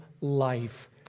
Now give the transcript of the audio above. life